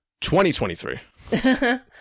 2023